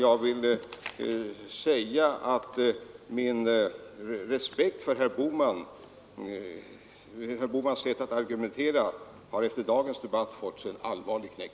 Min respekt för herr Bohmans sätt att argumentera har efter dagens debatt fått sig en allvarlig knäck.